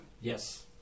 Yes